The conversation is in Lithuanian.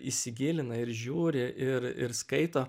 įsigilina ir žiūri ir ir skaito